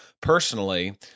personally